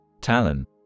Talon